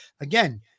again –